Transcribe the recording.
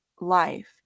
life